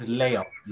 layup